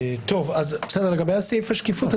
לגבי סעיף השקיפות,